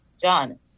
done